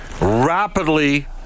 rapidly